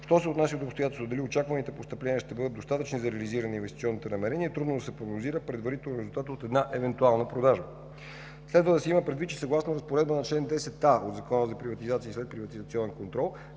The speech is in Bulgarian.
Що се отнася до обстоятелството дали очакваните постъпления ще бъдат достатъчно за реализиране на инвестиционните намерения, трудно е да се прогнозира предварително резултатът от една евентуална продажба. Следва да се има предвид, че съгласно разпоредба на чл. 10а от Закона за приватизация и следприватизационен контрол